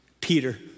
Peter